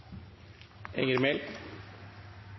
Enger Mehl